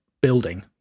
building